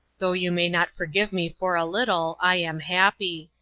though you may not forgive me for a little, i am happy.